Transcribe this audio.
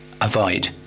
avoid